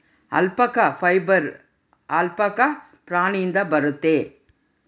alpaca fibre alpaca ಪ್ರಾಣಿಯಿಂದ ಬರುತ್ತೆ